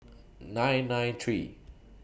nine nine three